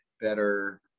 better